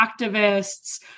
activists